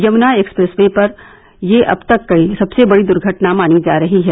Yamuna expressway पर यह अब तक की सबसे बड़ी दुर्घटना मानी जा रही है